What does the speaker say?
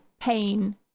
pain